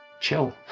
chill